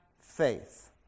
faith